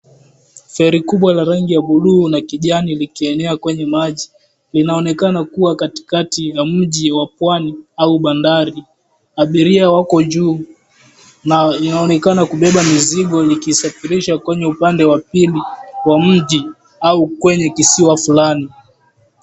Feri kubwa la rangi ya buluu na kijani likienea kwenye maji. Inaonekana kua katikati ya mji wa pwani au bandari. Abiria wako juu na inaonekana kubeba mizigo ikisafirisha kwenye upande wa pii wa mji au kwenye kisiwa fulani.